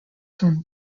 from